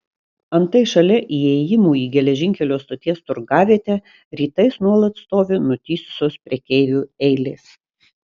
antai šalia įėjimų į geležinkelio stoties turgavietę rytais nuolat stovi nutįsusios prekeivių eilės